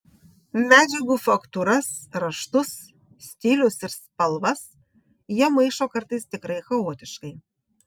medžiagų faktūras raštus stilius ir spalvas jie maišo kartais tikrai chaotiškai